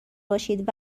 باشید